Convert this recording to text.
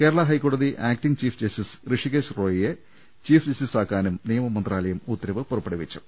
കേരള ഹൈക്കോടതി acting chief justice Hrishikesh റോയിയെ chief justice ആക്കാനും നിയമ മന്ത്രാലയം ഉത്തരവ് പുറപ്പെടുവിച്ചു